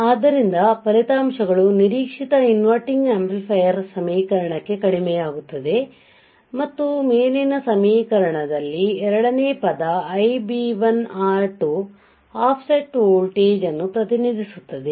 ಆದ್ದರಿಂದ ಫಲಿತಾಂಶಗಳು ನಿರೀಕ್ಷಿತ ಇನ್ವರ್ಟಿಂಗ್ ಆಂಪ್ಲಿಫೈಯರ್ ಸಮೀಕರಣಕ್ಕೆ ಕಡಿಮೆಯಾಗುತ್ತವೆ ಮತ್ತು ಮೇಲಿನ ಸಮೀಕರಣದಲ್ಲಿ ಎರಡನೇ ಪದ Ib1 R2 offset voltage ಅನ್ನು ಪ್ರತಿನಿಧಿಸುತ್ತದೆ